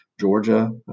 Georgia